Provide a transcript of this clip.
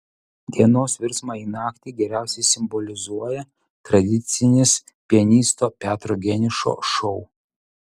dienos virsmą į naktį geriausiai simbolizuoja tradicinis pianisto petro geniušo šou